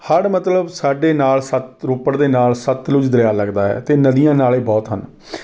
ਹੜ੍ਹ ਮਤਲਬ ਸਾਡੇ ਨਾਲ ਸਤ ਮਤਲਬ ਰੋਪੜ ਦੇ ਨਾਲ ਸਤਲੁਜ ਦਰਿਆਂ ਲੱਗਦਾ ਹੈ ਅਤੇ ਨਦੀਆਂ ਨਾਲੇ ਬਹੁਤ ਹਨ